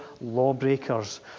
lawbreakers